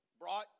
brought